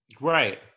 right